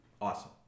awesome